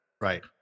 Right